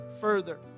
further